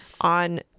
on